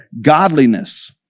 godliness